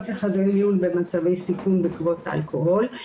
לחדרי מיון במצבי סיכון בעקבות אלכוהול.